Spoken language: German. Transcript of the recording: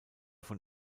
von